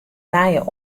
nije